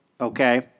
okay